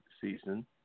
season